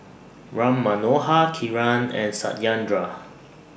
Ram Manohar Kiran and Satyendra